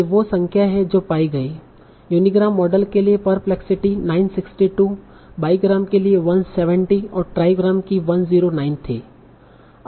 ये वो संख्याएँ हैं जो पाई गईं यूनीग्राम मॉडल के लिए परप्लेक्सिटी 962 बाईग्राम के लिए 170 और ट्राईग्राम की 109 थी